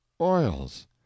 oils